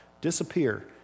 disappear